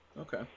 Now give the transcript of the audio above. Okay